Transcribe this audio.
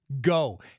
go